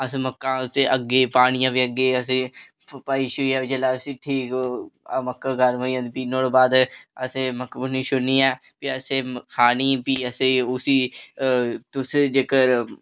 असें मक्का उत्थै अग्गें खानियां उत्थै अग्गी दे अग्गें खानियां मक्का खानियां ते भी असें मक्कां भुन्नी शुन्नियै भी असें खानी भी असें भी तुसें